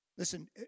Listen